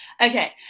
okay